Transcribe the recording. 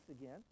again